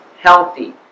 healthy